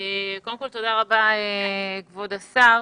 תודה רבה, כבוד השר.